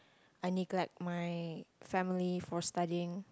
I neglect my family for studying